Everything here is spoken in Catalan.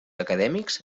acadèmics